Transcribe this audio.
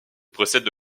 précède